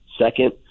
second